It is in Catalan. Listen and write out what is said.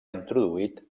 introduït